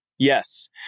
Yes